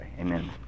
Amen